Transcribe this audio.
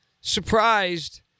surprised